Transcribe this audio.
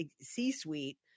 C-Suite